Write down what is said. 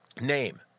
name